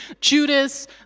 Judas